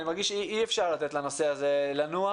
אני מרגיש שאי-אפשר לתת לנושא הזה לנוח.